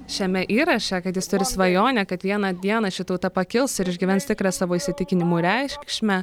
šiame įraše kad jis turi svajonę kad vieną dieną ši tauta pakils ir išgyvens tikrą savo įsitikinimų reikšmę